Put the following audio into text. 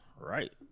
Right